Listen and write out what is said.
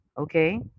okay